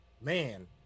Man